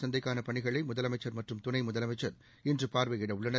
சந்தைக்கான பணிகளை முதலமைச்சர் மற்றும் துணை முதலமைச்சர் இன்று பார்வையிட உள்ளனர்